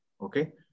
okay